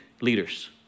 leaders